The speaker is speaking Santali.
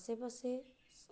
ᱟᱥᱮ ᱯᱟᱥᱮ